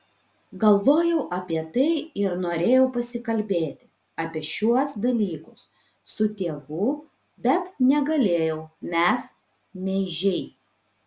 galvojau apie tai ir norėjau pasikalbėti apie šiuos dalykus su tėvu bet negalėjau mes meižiai